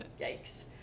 yikes